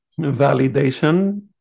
validation